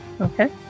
okay